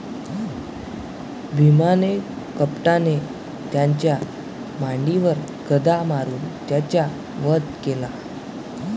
भीमाने कपटाने त्याच्या मांडीवर गदा मारून त्याचा वध केला